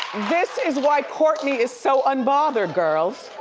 this is why kourtney is so un-bothered girls.